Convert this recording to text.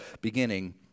beginning